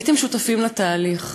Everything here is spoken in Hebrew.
הייתם שותפים לתהליך,